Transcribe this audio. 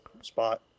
spot